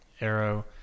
Arrow